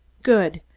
good!